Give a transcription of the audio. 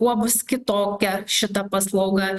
kuo bus kitokia šita paslauga